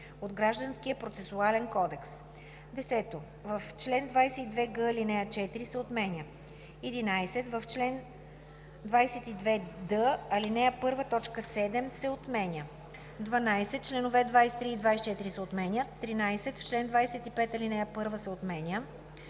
от Гражданския процесуален кодекс.“ 10. В чл. 22г ал. 4 се отменя. 11. В чл. 22д, ал. 1 т. 7 се отменя. 12. Членове 23 и 24 се отменят. 13. В чл. 25 ал. 1 се отменя.